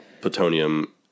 plutonium